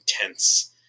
intense